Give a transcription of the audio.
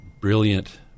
brilliant